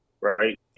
right